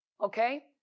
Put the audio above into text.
Okay